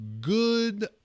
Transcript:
Good